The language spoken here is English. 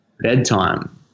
bedtime